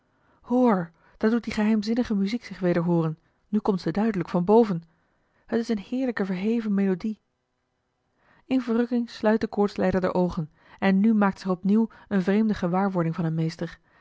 hoor daar doet die geheimzinnige muziek zich weder hooren nu komt ze duidelijk van boven het is eene heerlijke verheven melodie in verrukking sluit de koortslijder de oogen en nu maakt zich opnieuw eene vreemde gewaarwording van hem meester